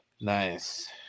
Nice